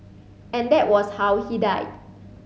and that was how he died